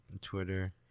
Twitter